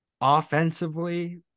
Offensively